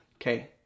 Okay